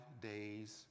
days